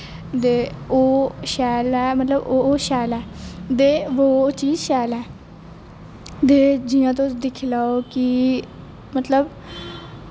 ते ओह् शैल ऐ मतलब ओह् ओह् शैल ऐ ते ओह् चीज़ शैल ऐ ते जियां तुस दिक्खी लैओ कि मतलब